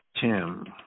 Tim